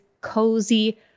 Cozy